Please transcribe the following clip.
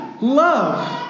love